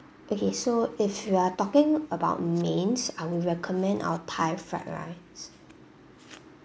okay so if you are talking about mains I will recommend our thai fried rice